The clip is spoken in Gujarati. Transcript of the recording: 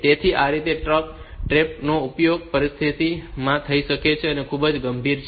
તેથી તે રીતે આ TRAPનો ઉપયોગ પરિસ્થિતિ માટે થઈ શકે છે જે ખૂબ જ ગંભીર છે